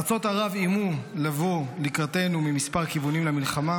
ארצות ערב איימו לבוא לקראתנו מכמה כיוונים למלחמה,